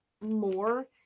more